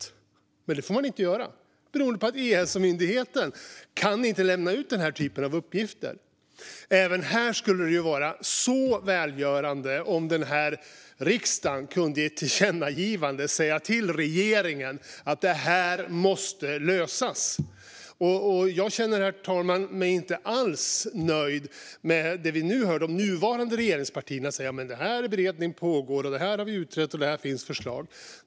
Men detta får man inte göra, beroende på att E-hälsomyndigheten inte kan lämna ut denna typ av uppgifter. Även här skulle det vara välgörande om riksdagen i ett tillkännagivande kunde säga till regeringen att detta måste lösas. Jag känner mig, herr talman, inte alls nöjd med det vi nu hör de nuvarande regeringspartierna säga: Beredning pågår. Detta har vi utrett, och där finns det förslag.